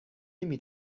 نمی